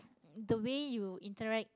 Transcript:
the way you interact